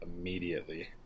immediately